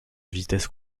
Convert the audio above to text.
vitesse